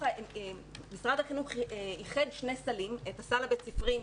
משרד החינוך איחד שני סלים: את הסל הבית-ספרי,